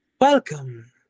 Welcome